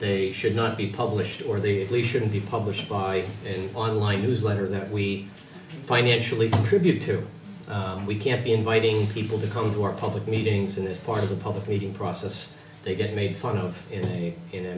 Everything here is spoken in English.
they should not be published or the shouldn't be published by an online newsletter that we financially tribute to we can't be inviting people to come to our public meetings in this part of the public meeting process they get made fun of